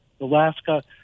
Alaska